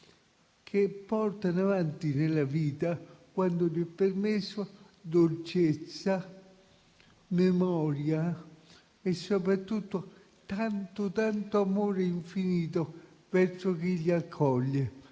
che portano avanti, nella vita, quando è loro permesso, dolcezza, memoria e soprattutto amore infinito verso chi li accoglie.